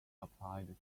applied